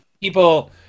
People